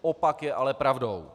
Opak je ale pravdou.